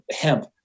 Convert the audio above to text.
hemp